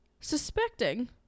suspecting